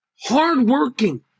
hardworking